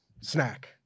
snack